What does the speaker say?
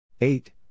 Eight